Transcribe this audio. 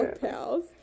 pals